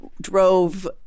drove